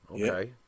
okay